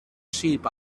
sheep